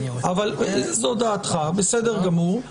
זו דעתך, בסדר גמור.